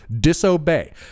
disobey